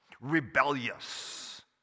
rebellious